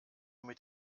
mit